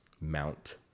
mount